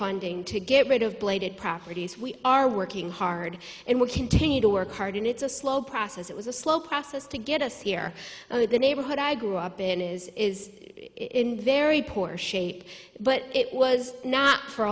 funding to get rid of blighted properties we are working hard and we continue to work hard and it's a slow process it was a slow process to get us here though the neighborhood i grew up in is is in very poor shape but it was not for